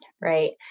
Right